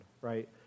right